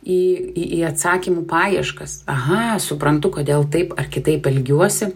į į atsakymų paieškas aha suprantu kodėl taip ar kitaip elgiuosi